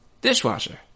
dishwasher